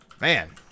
Man